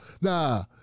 Nah